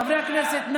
חברי הכנסת,